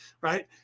right